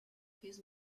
his